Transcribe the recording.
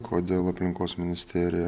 kodėl aplinkos ministerija